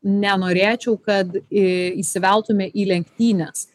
nenorėčiau kad į įsiveltume į lenktynes